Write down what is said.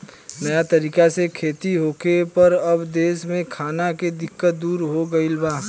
नया तरीका से खेती होखे पर अब देश में खाना के दिक्कत दूर हो गईल बा